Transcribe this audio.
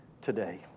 today